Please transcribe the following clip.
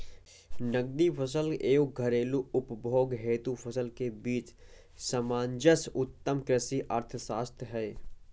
नकदी फसल एवं घरेलू उपभोग हेतु फसल के बीच सामंजस्य उत्तम कृषि अर्थशास्त्र है